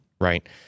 Right